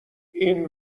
این